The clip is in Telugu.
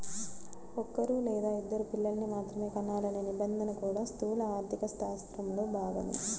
ఒక్కరూ లేదా ఇద్దరు పిల్లల్ని మాత్రమే కనాలనే నిబంధన కూడా స్థూల ఆర్థికశాస్త్రంలో భాగమే